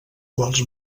quals